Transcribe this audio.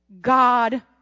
God